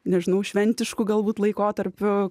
nežinau šventišku galbūt laikotarpiu